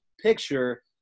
picture